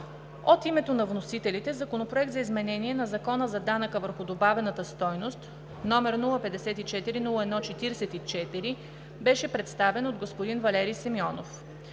От името на вносителите Законопроектът за изменение на Закона за данък върху добавената стойност, № 054-01-44, беше представен от господин Валери Симеонов.